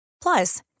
Plus